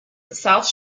south